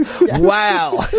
Wow